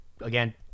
again